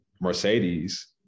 Mercedes